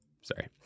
sorry